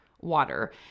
water